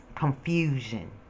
confusion